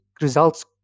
results